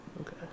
okay